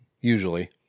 usually